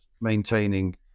maintaining